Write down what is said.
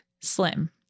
Slim